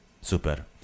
Super